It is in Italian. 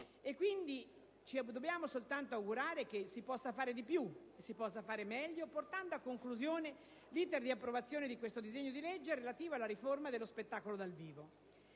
Quindi, ci dobbiamo soltanto augurare che si possa fare di più e di meglio, portando a conclusione l'*iter* di approvazione del disegno di legge relativo alla riforma dello spettacolo dal vivo.